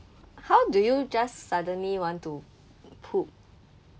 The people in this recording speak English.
how do you just suddenly want to poop